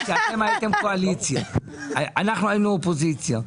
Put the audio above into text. אתם הייתם קואליציה ואנחנו היינו אופוזיציה.